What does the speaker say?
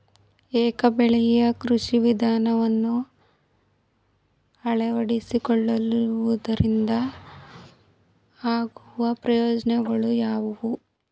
ಏಕ ಬೆಳೆಯ ಕೃಷಿ ವಿಧಾನವನ್ನು ಅಳವಡಿಸಿಕೊಳ್ಳುವುದರಿಂದ ಆಗುವ ಪ್ರಯೋಜನಗಳು ಯಾವುವು?